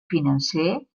financer